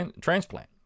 transplant